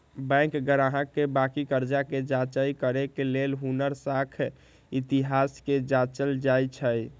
bank गाहक के बाकि कर्जा कें जचाई करे के लेल हुनकर साख इतिहास के जाचल जाइ छइ